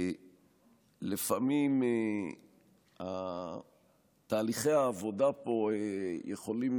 לפעמים תהליכי העבודה פה יכולים,